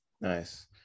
Nice